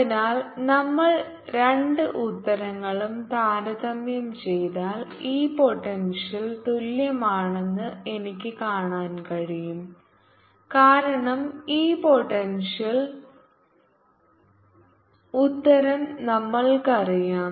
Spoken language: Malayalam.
അതിനാൽ നമ്മൾ രണ്ട് ഉത്തരങ്ങളും താരതമ്യം ചെയ്താൽ ഈ പോട്ടെൻഷ്യൽ തുല്യമാണെന്ന് എനിക്ക് കാണാൻ കഴിയും കാരണം ഈ പോട്ടെൻഷ്യൽ ഉത്തരം നമ്മൾക്കറിയാം